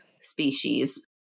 species